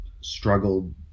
struggled